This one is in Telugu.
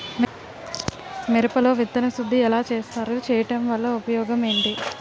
మిరప లో విత్తన శుద్ధి ఎలా చేస్తారు? చేయటం వల్ల ఉపయోగం ఏంటి?